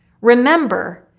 Remember